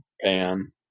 pan